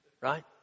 Right